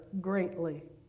greatly